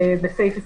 בסעיף ---,